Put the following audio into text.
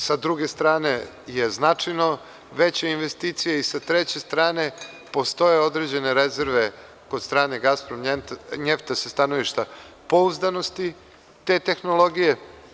Sa druge strane je značajno veća investicija i sa treće strane postoje određene rezerve kod strane Gaspromnjefta sa stanovišta pouzdanosti te tehnologije.